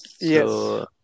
Yes